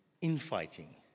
Infighting